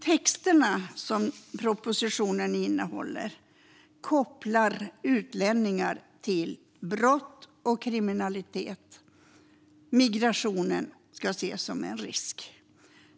Texterna som propositionen innehåller kopplar utlänningar till brott och kriminalitet. Migrationen utmålas som en risk.